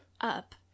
up